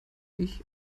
ich